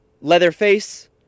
Leatherface